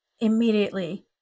immediately